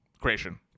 Creation